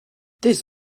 this